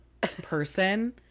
Person